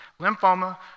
lymphoma